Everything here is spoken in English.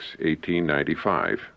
1895